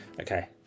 Okay